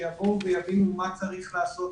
שיבואו ויבינו מה צריך לעשות,